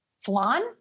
flan